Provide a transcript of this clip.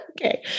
Okay